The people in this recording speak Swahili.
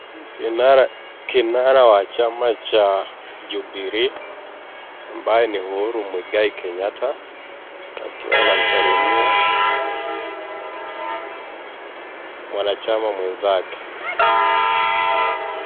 Kinara, kinara wa chama cha , Jubilee, ambaye ni Uhuru Muigai Kenyatta, akiwa anamsalimia, mwanachama mwenzake.